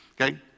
Okay